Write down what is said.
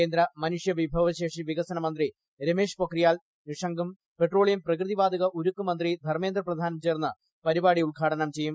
കേന്ദ്ര മനുഷ്യവിഭവശേഷി വികസന മന്ത്രി രമേഷ് പൊഖ്രിയാൽനിഷങ്കും പെട്രോളിയം പ്രകൃതിവാതക ഉരുക്ക് മന്ത്രി ധർമ്മേന്ദ്ര പ്രധാനും ചേർന്ന് പരിപാടി ഉദ്ഘാടനം ചെയ്യും